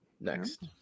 next